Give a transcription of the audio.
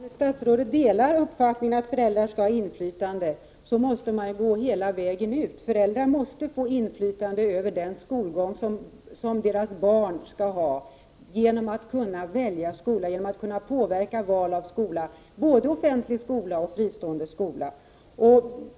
Herr talman! Om nu statsrådet delar uppfattningen att föräldrar skall ha inflytande, så måste man ju gå hela vägen ut. Föräldrar måste få inflytande över den skolgång som deras barn skall ha genom att föräldrarna skall kunna välja skola, både offentlig och fristående skola.